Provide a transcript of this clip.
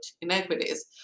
inequities